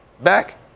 back